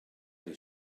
his